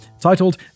titled